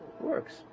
works